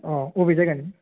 औ अबे जायगानि